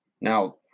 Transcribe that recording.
now